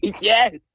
Yes